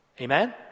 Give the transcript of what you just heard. Amen